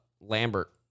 Lambert